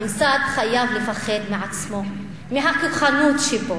הממסד חייב לפחד מעצמו, מהכוחנות שבו,